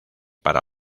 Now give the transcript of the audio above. para